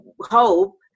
hope